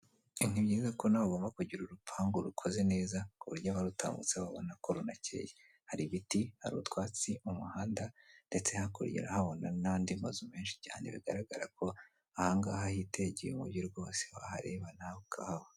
Ni byiza ko nawe ugomba kugira urupangu rukoze neza ku buryo abarutambutseho babona ko runakeye. Hari ibiti, hari utwatsi mu muhanda ndetse hakurya urahabona n'andi mazu menshi cyane bigaragara ko ahangaha hitegeye umugi rwose wahareba nawe ukahaba.